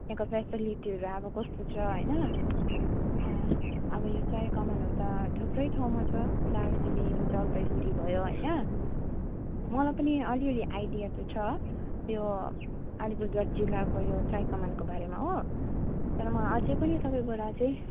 त्यहाँको साहित्य लिपिहरू अब कस्तो छ होइन अब यो चियाकमानहरू त थुप्रै ठाउँमा छ दार्जिलिङ जलपाइगुडी भयो होइन मलाई पनि अलिअलि आइडिया त छ यो अलिपुरद्वार जिल्लाको यो चियाकमानको बारेमा हो तर म अझै पनि तपाईँबाट चाहिँ